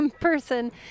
person